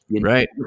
Right